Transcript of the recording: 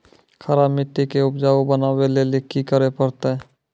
खराब मिट्टी के उपजाऊ बनावे लेली की करे परतै?